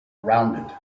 rounded